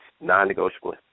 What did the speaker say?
non-negotiable